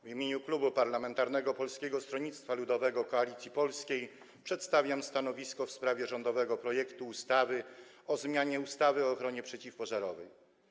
W imieniu Klubu Parlamentarnego Polskie Stronnictwo Ludowe - Koalicja Polska przedstawiam stanowisko wobec rządowego projektu ustawy o zmianie ustawy o ochronie przeciwpożarowej.